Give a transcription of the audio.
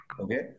okay